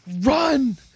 run